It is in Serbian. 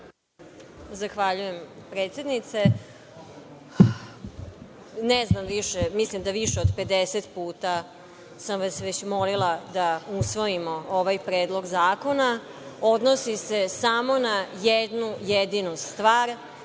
Zahvaljujem. Ne znam, mislim da više od 50 puta sam vas već molila da usvojimo ovaj Predlog zakona. Odnosi se samo na jednu jedinu stvar,